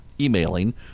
emailing